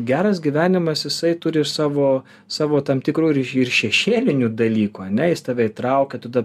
geras gyvenimas jisai turi savo savo tam tikrų ir šešėlinių dalykų ane jis tave įtraukia tada